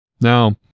Now